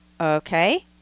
Okay